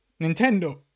Nintendo